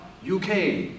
UK